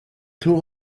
two